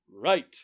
Right